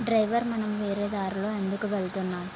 driver మనం వేరే దారిలో ఎందుకు వెళ్తున్నాం